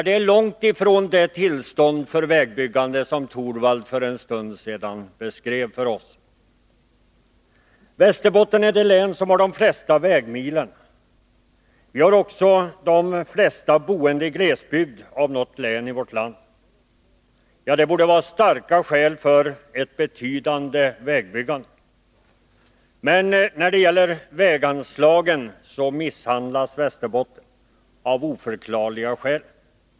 Det är långt ifrån det vägbyggande som herr Torwald för en stund sedan beskrev för oss. Västerbotten är det län som har de flesta vägmilen. Vi har också de flesta boende i glesbygd av något län i vårt land. Det borde vara starka skäl för ett betydande vägbyggande. Men när det gäller väganslagen misshandlas Västerbotten av oförklarliga skäl.